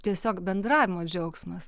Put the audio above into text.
tiesiog bendravimo džiaugsmas